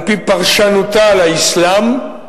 על-פי פרשנותה לאסלאם,